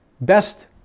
best